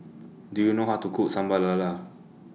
Do YOU know How to Cook Sambal Lala